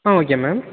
ah okay ma'am